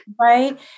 Right